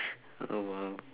oh !wow!